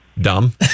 dumb